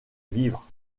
vivre